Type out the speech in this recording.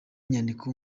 nyandiko